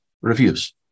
reviews